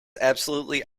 absolutely